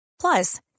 Plus